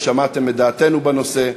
ושמעתם את דעתנו בנושא.